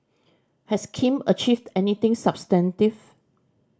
has Kim achieved anything substantive